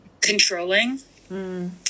controlling